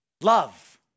love